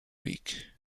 week